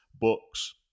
books